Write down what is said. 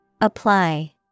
Apply